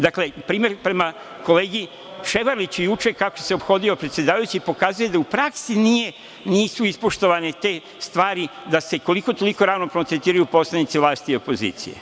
Dakle, primer, prema kolegi Ševarliću, juče kako se ophodio predsedavajući, pokazuje da u praksi nisu ispoštovane te stvari da se koliko-toliko ravnopravno tretiraju poslanici vlasti i opozicije.